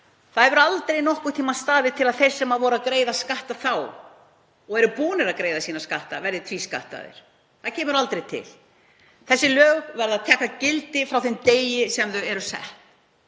1969 stóð aldrei nokkurn tímann til að þeir sem greiddu skatta þá og væru búnir að greiða sína skatta yrðu tvískattaðir. Það kemur aldrei til. Þessi lög verða að taka gildi frá þeim degi sem þau eru sett.